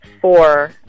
Four